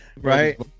Right